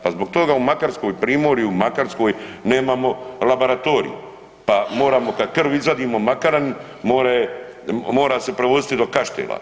Pa zbog toga u Makarskoj, primorju, u Makarskoj nemamo laboratorij pa moramo kad krv izvadimo Makarani, more, mora se prevoziti do Kaštela.